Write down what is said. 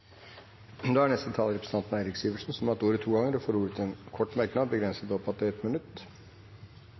Representanten Eirik Sivertsen har hatt ordet to ganger tidligere og får ordet til en kort merknad, begrenset til 1 minutt.